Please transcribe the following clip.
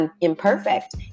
imperfect